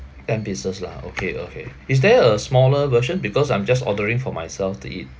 ten pieces lah okay okay is there a smaller version because I'm just ordering for myself to eat